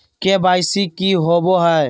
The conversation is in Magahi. के.वाई.सी की हॉबे हय?